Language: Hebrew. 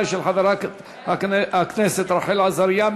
של חברת הכנסת רחל עזריה.